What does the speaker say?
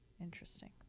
Interesting